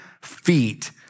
feet